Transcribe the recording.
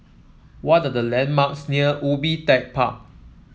what are the landmarks near Ubi Tech Park